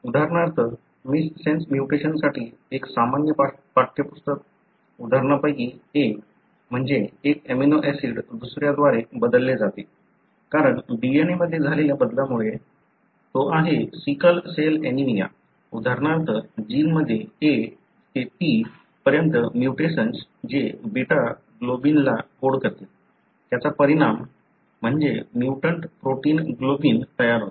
उदाहरणार्थ मिससेन्स म्युटेशन्ससाठी एक सामान्य पाठ्यपुस्तक उदाहरणांपैकी एक म्हणजे एक अमिनो ऍसिड दुसर्याद्वारे बदलले जाते कारण DNA मध्ये झालेल्या बदलामुळे तो आहे सिकल सेल ऍनिमिया उदाहरणार्थ जिनमध्ये A ते T पर्यंत म्युटेशन्स जे बीटा ग्लोबिनला कोड करते त्याचा परिणामी म्हणजे म्युटंट प्रोटीन ग्लोबीन तयार होते